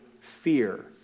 fear